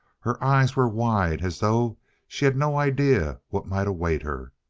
her eyes were wide as though she had no idea what might await her,